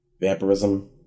vampirism